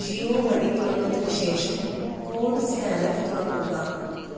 Jio money തുറന്നതിന് ശേഷം code scanner തുറക്കുക